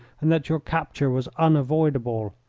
and that your capture was unavoidable.